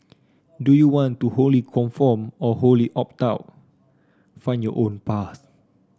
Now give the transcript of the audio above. do you want to wholly conform or wholly opt out find your own path